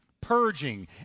purging